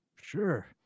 Sure